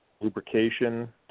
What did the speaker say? lubrication